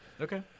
Okay